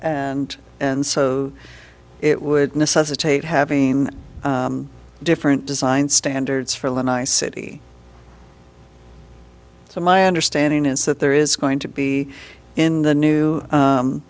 and and so it would necessitate having different design standards for lanai city so my understanding is that there is going to be in the new